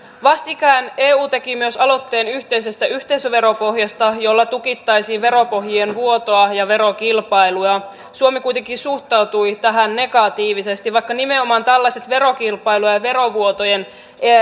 vastikään eu teki myös aloitteen yhteisestä yhteisöveropohjasta jolla tukittaisiin veropohjien vuotoa ja verokilpailua suomi kuitenkin suhtautui tähän negatiivisesti vaikka nimenomaan tällaiset verokilpailun ja ja verovuotojen